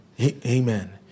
Amen